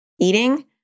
eating